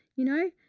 you know,